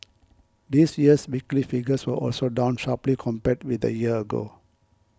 this year's weekly figures were also down sharply compared with a year ago